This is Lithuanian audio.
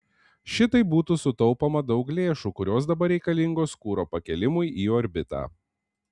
šitaip būtų sutaupoma daug lėšų kurios dabar reikalingos kuro pakėlimui į orbitą